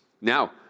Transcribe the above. Now